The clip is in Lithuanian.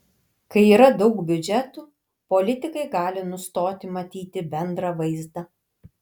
kai yra daug biudžetų politikai gali nustoti matyti bendrą vaizdą